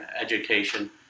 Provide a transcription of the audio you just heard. education